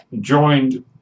joined